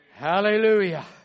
Hallelujah